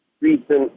recent